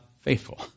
faithful